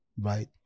Right